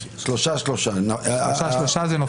שלושה בעד, שלושה נגד.